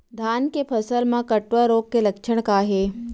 धान के फसल मा कटुआ रोग के लक्षण का हे?